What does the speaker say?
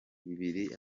bibiri